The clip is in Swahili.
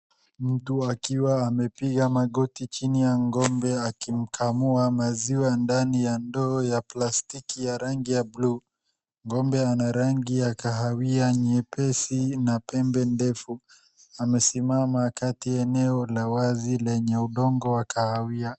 Mtu akiwa amepiga magoti chini ya ng'ombe akimkamua maziwa ndani ya ndoo ya plastiki ya rangi ya buluu. Ng'ombe ana rangi ya kahawia nyepesi na pembe ndefu. Amesimama kati ya eneo la wazi lenge udongo wa kahawia.